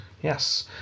Yes